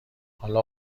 حالا